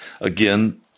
Again